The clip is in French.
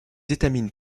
étamines